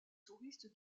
touristes